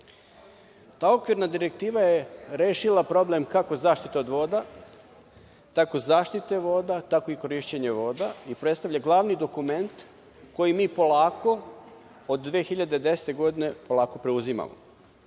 EU.Ta okvirna direktiva je rešila problem kako zaštite od voda, tako zaštite voda, tako i korišćenje voda, i predstavlja glavni dokument koji mi polako od 2010. godine polako preuzimamo.